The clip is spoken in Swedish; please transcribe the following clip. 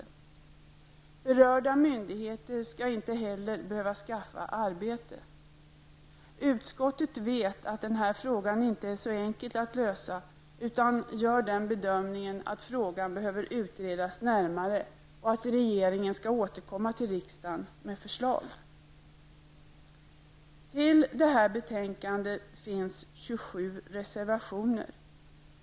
De berörda myndigheterna skall inte heller behöva skaffa arbete. Utskottet vet att den här frågan inte är så enkel att lösa utan gör bedömningen att frågan behöver utredas närmare och att regeringen skall återkomma till riksdagen med förslag. Till betänkandet har det fogats 27 reservationer.